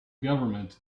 government